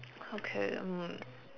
okay I'm